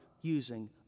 using